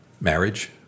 Marriage